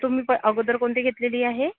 तुम्ही प अगोदर कोणती घेतलेली आहे